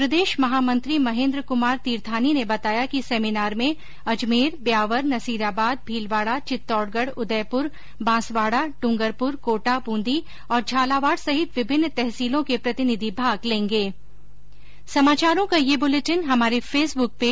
प्रदेश महामंत्री महेंद्र कुमार तिर्थानी ने बताया कि सेमिनार में अजमेर ब्यावर नसीराबाद भीलवाड़ा चित्तौड़गढ़ उदयपुर बांसवाड़ा डूंगरपुर कोटा बूंदी और झालावाड़ सहित विभिन्न तहसीलों के प्रतिनिधि भाग लेंगे